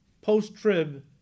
post-trib